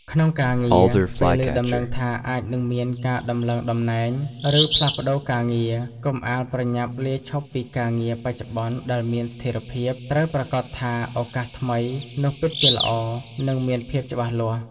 ក្នុងការងារ ពេលឮដំណឹងថាអាចនឹងមានការដំឡើងតំណែង ឬផ្លាស់ប្តូរការងារ កុំអាលប្រញាប់លាឈប់ពីការងារបច្ចុប្បន្នដែលមានស្ថិរភាព ត្រូវប្រាកដថាឱកាសថ្មីនោះពិតជាល្អ និងមានភាពច្បាស់លាស់។